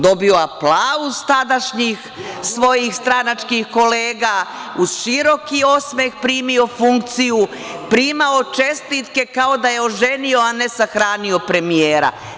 Dobio je aplauz od tadašnjih svojih stranačkih kolega, uz široki osmeh primio funkciju, primao čestitke kao da je oženio a ne sahranio premijera.